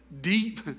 deep